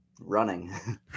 running